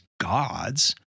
gods